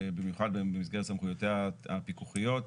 ובמיוחד במסגרת סמכויותיה הפיקוחיות.